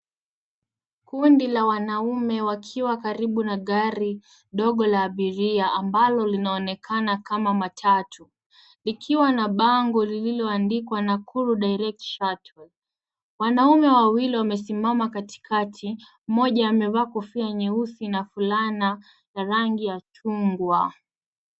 Kundi la wanaume wakiwa karibu na gari dogo la abiria ambalo linaonekana kama matatu, likiwa na bango lililoandikwa Nakuru Direct Shuttle. Wanaume wawili wamesimama katikati mmoja amevaa kofia nyeusi na fulana la rangi ya chungwa.